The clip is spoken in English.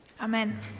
Amen